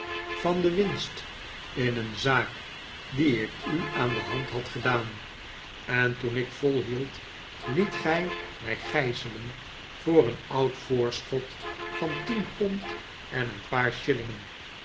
van de winst in een zaak die ik u aan de hand had gedaan en toen ik volhield liet gij mij gijzelen voor een oud voorschot van tien pond en een paar shillingen